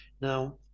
Now